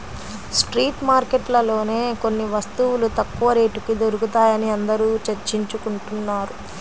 street మార్కెట్లలోనే కొన్ని వస్తువులు తక్కువ రేటుకి దొరుకుతాయని అందరూ చర్చించుకుంటున్నారు